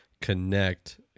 connect